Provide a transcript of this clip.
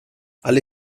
alle